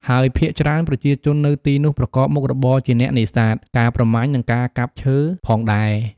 ហើយភាគច្រើនប្រជាជននៅទីនោះប្រកបមុខរបរជាអ្នកនេសាទ ការប្រមាញ់ និងការកាប់ឈើផងដែរ។